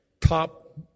top